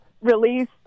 release